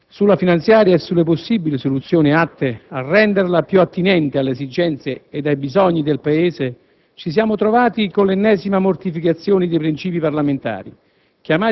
sulla finanziaria e sulle possibili soluzioni atte a renderla più attinente alle esigenze e ai bisogni del Paese, ci siamo trovati, con l'ennesima mortificazione dei principi parlamentari,